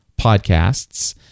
podcasts